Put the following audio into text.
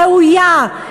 ראויה.